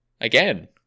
again